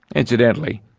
incidentally,